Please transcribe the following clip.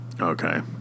Okay